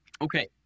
Okay